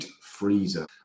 freezer